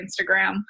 Instagram